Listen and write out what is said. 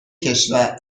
کشور